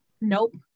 Nope